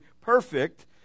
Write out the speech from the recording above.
perfect